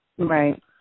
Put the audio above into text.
Right